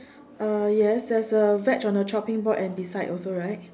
uh yes there is a veg on the chopping board and beside also right